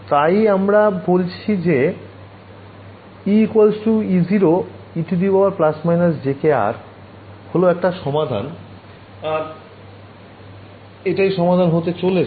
→ তাই আমরা বলছি যে E E0e±jk·r হল একটা সমাধান আর এটাই সমাধান হতে চলেছে